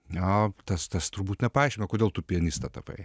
tas tas turbūt nepaaiškino kodėl tu pianiste tapai